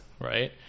right